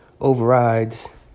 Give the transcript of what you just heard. overrides